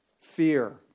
fear